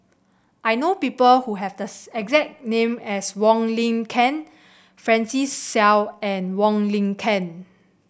I know people who have thus exact name as Wong Lin Ken Francis Seow and Wong Lin Ken